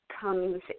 comes